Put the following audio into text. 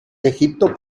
egipto